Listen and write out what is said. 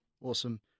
Awesome